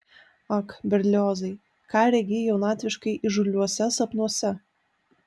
ak berliozai ką regi jaunatviškai įžūliuose sapnuose